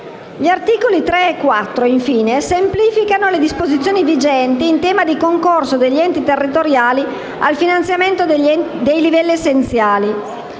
Gli articoli 3 e 4, infine, semplificano le disposizioni vigenti in tema di concorso degli enti territoriali al finanziamento dei livelli essenziali